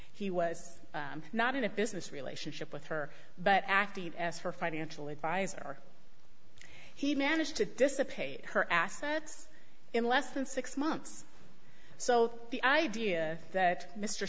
he was not in a business relationship with her but active as her financial advisor he managed to dissipate her assets in less than six months so the idea that mr